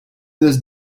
this